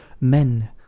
Men